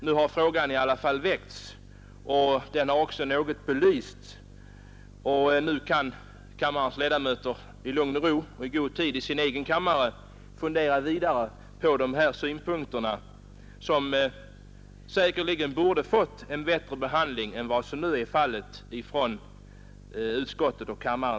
Nu har frågan i alla fall väckts och också något belysts, och nu kan ledamöterna i lugn och ro i god tid var och en i sin kammare fundera vidare på de här synpunkterna, som säkerligen borde ha fått en bättre behandling av utskott och kammare än vad som nu är fallet.